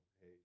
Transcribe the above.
hey